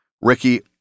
Ricky